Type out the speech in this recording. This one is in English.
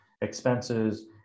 expenses